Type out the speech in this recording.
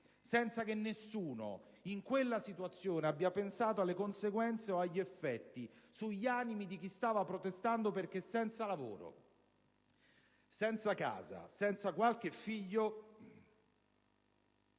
Senza che nessuno in quella situazione abbia pensato alle conseguenze o agli effetti sugli animi di chi stava protestando perché senza lavoro, senza casa, senza qualche figlio,